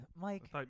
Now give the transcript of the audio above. Mike